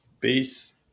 Peace